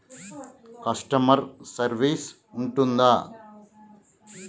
Customer service ఉంటుందా?